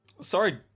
Sorry